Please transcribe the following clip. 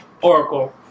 Oracle